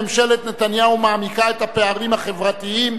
ממשלת נתניהו מעמיקה את הפערים החברתיים